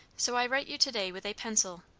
so i write you to-day with a pencil.